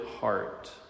heart